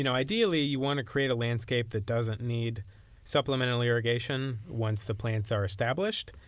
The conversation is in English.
you know ideally, you want to create a landscape that doesn't need supplemental irrigation once the plants are established.